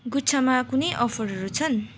गुच्छामा कुनै अफरहरू छन्